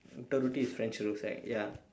the roti is french toast right ya